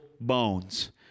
bones